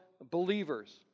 believers